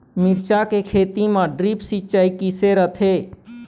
मिरचा के खेती म ड्रिप सिचाई किसे रथे?